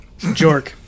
Jork